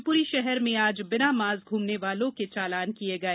शिवपुरी शहर में आज बिना मास्क घूमने वालों के चालान किए गए